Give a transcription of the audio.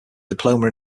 diploma